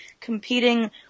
competing